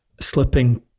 slipping